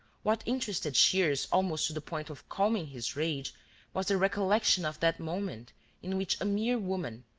what interested shears almost to the point of calming his rage was the recollection of that moment in which a mere woman,